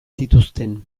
zituzten